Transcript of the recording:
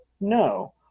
No